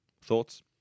Thoughts